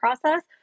process